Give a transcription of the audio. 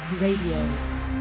Radio